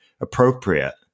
appropriate